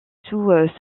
sous